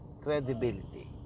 credibility